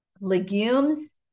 legumes